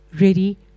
ready